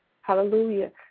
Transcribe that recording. hallelujah